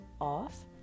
off